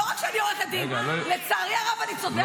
אז לא רק שאני עורכת דין, לצערי הרב אני צודקת.